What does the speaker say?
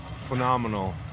phenomenal